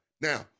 Now